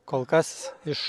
kol kas iš